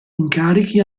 incarichi